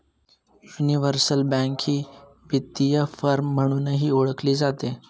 universal bank ही वित्तीय firm म्हणूनही ओळखली जाते